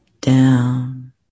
down